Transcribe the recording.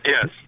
Yes